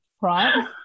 right